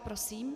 Prosím.